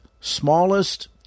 smallest